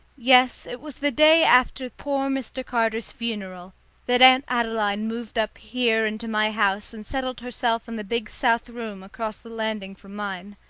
yes, it was the day after poor mr. carter's funeral that aunt adeline moved up here into my house and settled herself in the big south room across the landing from mine.